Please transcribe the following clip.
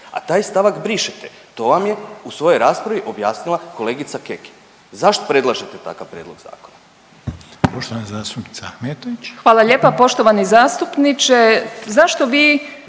a taj stavak brišete. To vam je u svojoj raspravi objasnila kolegica Kekin. Zašto predlažete takav prijedlog zakona?